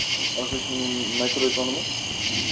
اکھ حظ چھِ مےٚ نِنۍ میکرو اِکانمِکس